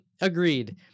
Agreed